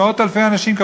וכמה פעמים,